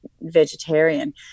vegetarian